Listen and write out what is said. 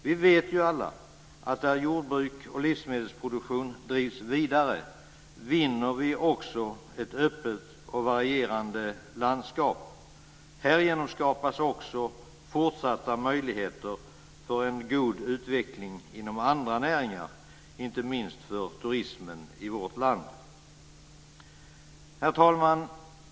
Vi vet ju alla att där jordbruk och livsmedelsproduktion drivs vidare vinner vi också ett öppet och varierande landskap. Härigenom skapas också fortsatta möjligheter för en god utveckling inom andra näringar, inte minst för turismen i vårt land. Herr talman!